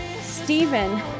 stephen